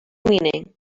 meaning